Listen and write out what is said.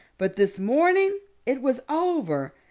but this morning it was over.